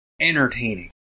entertaining